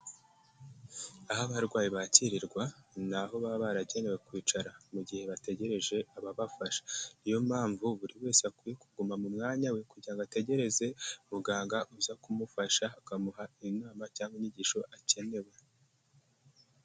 Aho abarwayi bakirirwa: ni aho baba baragenewe kwicara mu gihe bategereje ababafasha. Niyo mpamvu buri wese akwiye kuguma mu mwanya we, kugira ngo ategereze muganga uza kumufasha akamuha inama cyangwa inyigisho akenewe.